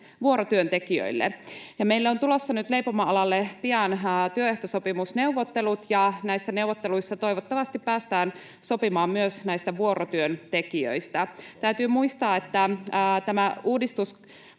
vuorotyöntekijöille. Meille on tulossa nyt leipomoalalle pian työehtosopimusneuvottelut, ja näissä neuvotteluissa toivottavasti päästään sopimaan myös näistä vuorotyöntekijöistä. Täytyy muistaa, että tämä uudistus